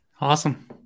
Awesome